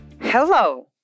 Hello